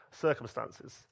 circumstances